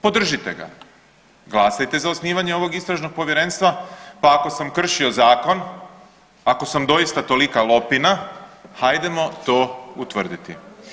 Podržite ga, glasajte za osnivanje ovog istražnog povjerenstva pa ako sam kršio zakon, ako sam doista tolika lopina hajdemo to utvrditi.